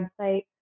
website